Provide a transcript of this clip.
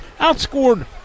outscored